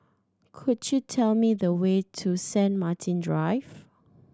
could you tell me the way to Saint Martin Drive